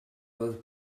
both